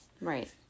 Right